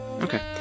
okay